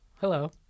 hello